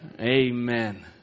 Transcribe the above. amen